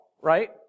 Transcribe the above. right